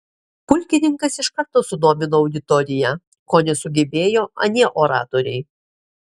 pulkininkas iš karto sudomino auditoriją ko nesugebėjo anie oratoriai